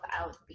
out